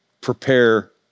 prepare